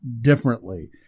differently